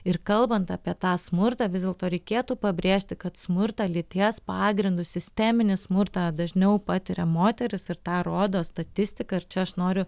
ir kalbant apie tą smurtą vis dėlto reikėtų pabrėžti kad smurtą lyties pagrindu sisteminį smurtą dažniau patiria moterys ir tą rodo statistika ir čia aš noriu